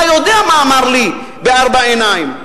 יודע מה הוא אמר לי בארבע עיניים.